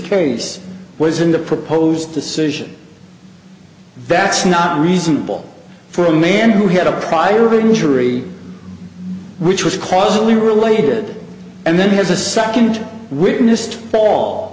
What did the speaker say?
case was in the proposed decision that's not reasonable for a man who had a prior injury which was causally related and then has a second witnessed fall